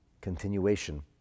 continuation